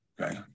okay